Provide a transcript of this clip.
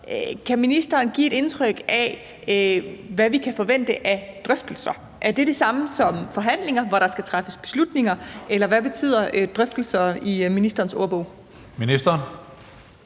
Kan ministeren give et indtryk af, hvad vi kan forvente af drøftelser? Er det det samme som forhandlinger, hvor der skal træffes beslutninger, eller hvad betyder drøftelser i ministerens ordbog? Kl.